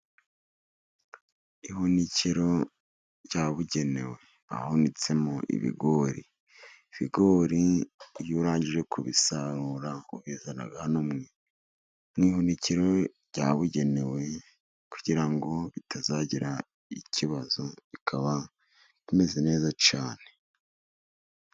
Ihunikiro ryabugenewe hahunitsemo ibigori, ibigori iyo urangije kubisarura ubizana hano mu ihunikiro byabugenewe, kugira ngo bitazagira ikibazo bikaba bimeze neza cyane.